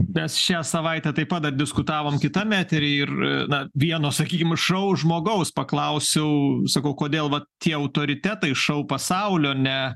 mes šią savaitę taip pat dar diskutavom kitam etery ir na vieno sakykim šou žmogaus paklausiau sakau kodėl vat tie autoritetai šou pasaulio ne